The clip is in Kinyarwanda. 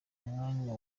mwanya